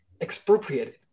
expropriated